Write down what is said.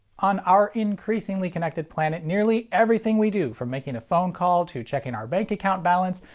on our increasingly connected planet, nearly everything we do from making a phone call, to checking our bank account balance,